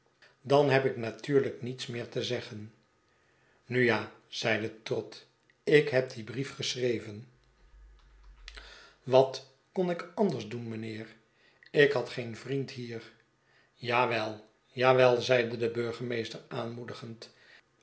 dan heb ik natuurlijk niets meer te zeggen nu ja y zeide trott ik heb dien brief geschreven wat kon ik anders doen mijnheer ik had geen vriend hier ja wel ja wel zeide de burgemeester aanmoedigend